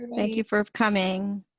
and thank you for coming.